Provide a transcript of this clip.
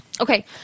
Okay